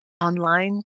online